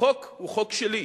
החוק הוא חוק שלי,